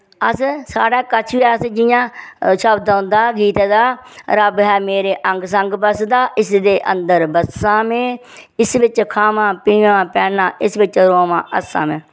अस साढ़ै कच्छ अस जि'यां शब्द औंदा गीते दा रब है मेरे अंगसंग बसदा इसदे अंदर बस्सां में इस बिच खावां पीआं पैहना इस बिच रोवां हस्सां में